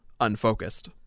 unfocused